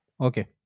Okay